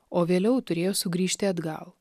o vėliau turėjo sugrįžti atgal